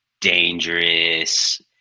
dangerous